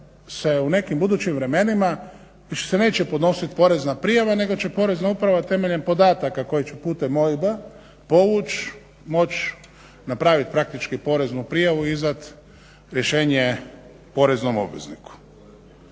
u nekim budućim vremenima, više se neće podnositi porezna prijava, nego će Porezna uprava temeljem podataka koje će putem OIB-a povući moći napraviti praktički poreznu prijavu, izdat rješenje poreznom obvezniku.